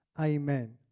Amen